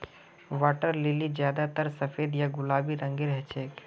water lily ज्यादातर सफेद या गुलाबी रंगेर हछेक